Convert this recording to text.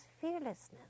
fearlessness